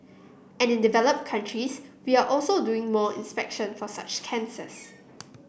and in developed countries we are also doing more inspection for such cancers